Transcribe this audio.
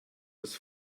das